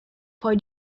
poi